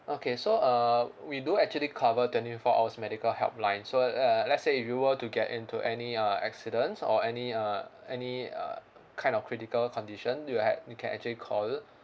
okay so uh we do actually cover twenty four hours medical helpline so uh let's say if you were to get into any uh accidents or any uh any uh kind of critical condition you ha~ you can actually call